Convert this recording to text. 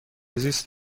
زیست